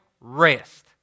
Rest